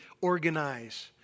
organize